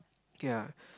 kay ah